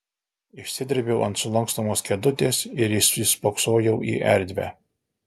išsidrėbiau ant sulankstomos kėdutės ir įsispoksojau į erdvę